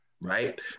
Right